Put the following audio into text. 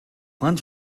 lens